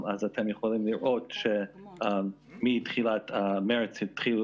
אתם יכולים לראות שמתחילת מרץ התחילו